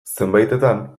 zenbaitetan